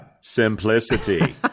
simplicity